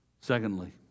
Secondly